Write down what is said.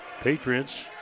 Patriots